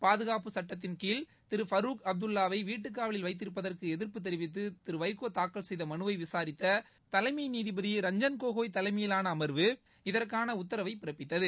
பாதுகாப்பு சுட்டத்தின்கீழ் திரு ஃபருக் அப்துல்லாவை வீட்டுக்காவலில் வைத்திருப்பதற்கு எதிர்ப்பு தெரிவித்து திரு வைகோ தாக்கல் செய்த மனுவை விசாரித்த திரு ரஞ்சன் கோகோய் தலைமையிலான அமர்வு இதற்கான உத்தரவை பிறப்பித்தது